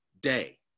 day